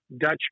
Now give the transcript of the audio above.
Dutch